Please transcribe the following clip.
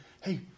hey